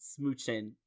smooching